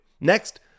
Next